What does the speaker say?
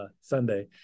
sunday